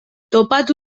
topatu